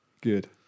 Good